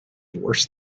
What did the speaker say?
worse